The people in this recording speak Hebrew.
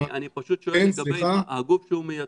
אני פשוט לגבי הגוף שהוא מייצג,